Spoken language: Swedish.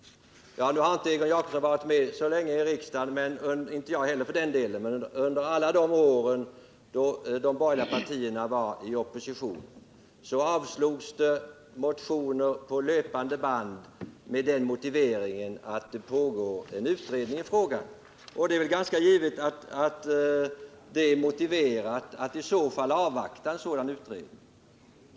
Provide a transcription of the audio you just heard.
Nu har Egon Jacobsson inte varit med så länge i riksdagen — det har inte heller jag för den delen — men under alla de år som de borgerliga partierna har befunnit sig i opposition har motioner avstyrkts på löpande band med den motiveringen att en utredning pågick i frågan. Det är givetvis motiverat att avvakta en pågående utredning.